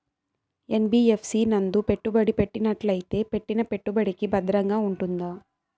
NBFC నందు పెట్టుబడి పెట్టినట్టయితే పెట్టిన పెట్టుబడికి భద్రంగా ఉంటుందా?